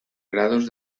grados